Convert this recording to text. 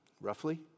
roughly